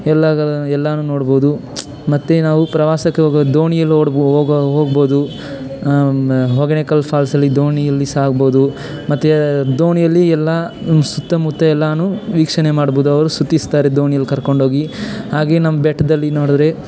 ಎಲ್ಲ ಎಲ್ಲನೂ ನೋಡ್ಬೋದು ಮತ್ತು ನಾವು ಪ್ರವಾಸಕ್ಕೆ ಹೋಗೊ ದೋಣಿಯಲ್ಲಿ ಓಡಿ ಹೋಗೋ ಹೋಗ್ಬೋದು ಹೊಗೇನೆಕಲ್ ಫಾಲ್ಸಲ್ಲಿ ದೋಣಿಯಲ್ಲಿ ಸಾಗ್ಬೋದು ಮತ್ತು ದೋಣಿಯಲ್ಲಿ ಎಲ್ಲ ನಿಮ್ಮ ಸುತ್ತಮುತ್ತ ಎಲ್ಲನೂ ವೀಕ್ಷಣೆ ಮಾಡ್ಬೋದು ಅವರು ಸುತ್ತಿಸ್ತಾರೆ ದೋಣಿಯಲ್ಲಿ ಕರ್ಕೊಂಡೋಗಿ ಹಾಗೆ ನಮ್ಮ ಬೆಟ್ಟದಲ್ಲಿ ನೋಡುದ್ರ